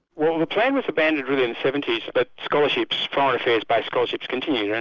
well the plan was abandoned in the seventy s but scholarships, foreign affairs based scholarships continued, yeah